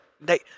they-